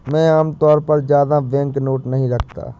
मैं आमतौर पर ज्यादा बैंकनोट नहीं रखता